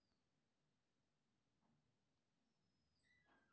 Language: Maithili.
रेल टिकट बुकिंग कोना करब?